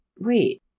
wait